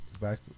back